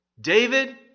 David